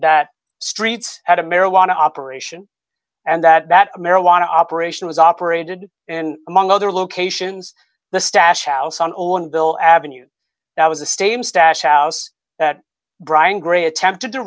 that streets at a marijuana operation and that marijuana operation was operated and among other locations the stash house on own bill avenues that was a stadium stash house that brian gray attempted to